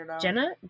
Jenna